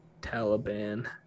taliban